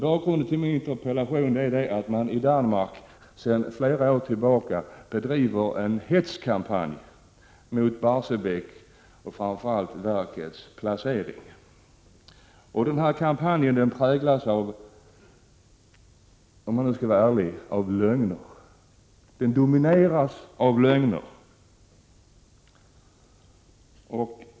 Bakgrunden till min interpellation är att man i Danmark sedan flera år tillbaka bedriver en hetskampanj mot Barsebäck, och framför allt mot verkets placering. Den här kampanjen präglas — om jag nu skall vara ärlig — avlögner. Den domineras alltså av lögner.